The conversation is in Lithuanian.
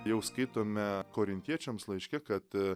jau skaitome korintiečiams laiške kad a